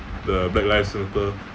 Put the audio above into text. the black lives matter